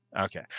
Okay